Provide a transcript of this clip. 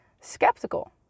skeptical